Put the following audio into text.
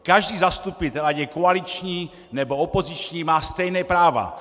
Každý zastupitel, ať je koaliční, nebo opoziční, má stejná práva.